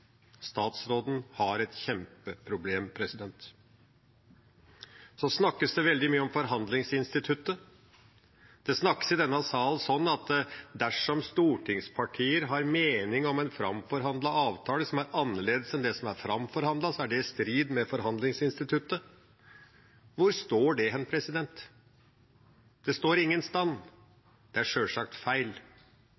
Statsråden har et kjempeproblem. Så snakkes det veldig mye om forhandlingsinstituttet. Det snakkes i denne sal som om det er sånn at dersom stortingspartier har en mening om en framforhandlet avtale som er annerledes enn det som er framforhandlet, er det i strid med forhandlingsinstituttet. Hvor står det? Det står ingen